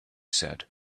said